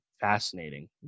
fascinating